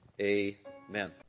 Amen